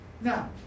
Now